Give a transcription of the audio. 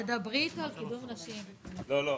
הצבעה ההסתייגות לא נתקבלה ההסתייגות לא התקבלה.